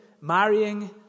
marrying